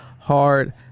hard